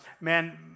man